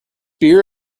beer